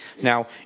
Now